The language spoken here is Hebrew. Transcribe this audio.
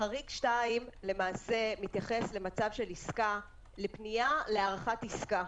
חריג 2, למעשה, מתייחס לפניה להארכת עסקה.